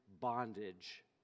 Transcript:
bondage